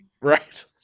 Right